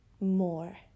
more